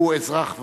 (תיקון מס' 18) (מסירת מידע על עמלות ללקוח שהוא אזרח ותיק),